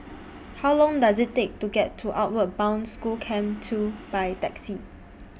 How Long Does IT Take to get to Outward Bound School Camp two By Taxi